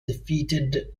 defeated